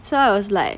so I was like